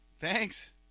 Thanks